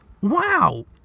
Wow